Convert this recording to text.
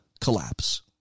collapse